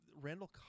Randall